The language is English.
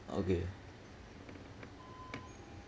okay